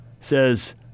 says